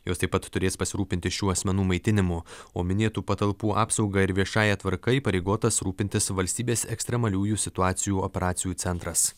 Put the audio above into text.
jos taip pat turės pasirūpinti šių asmenų maitinimu o minėtų patalpų apsauga ir viešąja tvarka įpareigotas rūpintis valstybės ekstremaliųjų situacijų operacijų centras